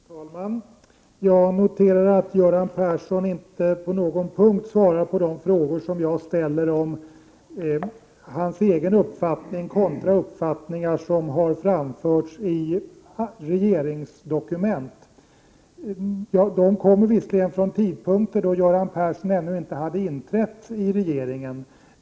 Herr talman! Jag noterar att Göran Persson inte på någon punkt svarar på de frågor som jag har ställt om hans egen uppfattning kontra uppfattningar som har framförts i regeringsdokument. Uppfattningarna härrör visserligen från tidpunkter då Göran Persson inte fanns i regeringen.